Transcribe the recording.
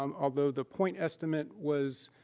um although the point estimate was